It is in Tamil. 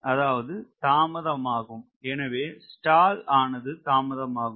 அதாவது தாமதம் ஆகும் எனவே ஸ்டால் ஆனது தாமதம் ஆகும்